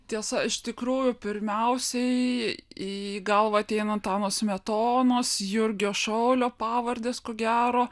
tiesa iš tikrųjų pirmiausiai į galvą ateina antano smetonos jurgio šaulio pavardės ko gero